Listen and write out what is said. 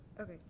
okay